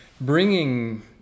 bringing